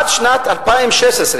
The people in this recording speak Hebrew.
עד שנת 2016,